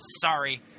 Sorry